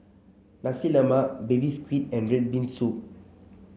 Nasi Lemak Baby Squid and red bean soup